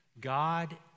God